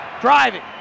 driving